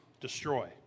destroy